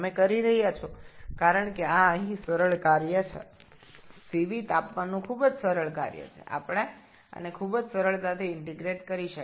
আপনি করছেন কারণ এটি সাধারণ জিনিস এখানে Cp হল তাপমাত্রার খুব সাধারণ চলরাশি আমরা এটিকে খুব সহজেই ইন্টিগ্রেশন করতে পারি